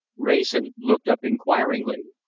wrayson looked up inquiringly.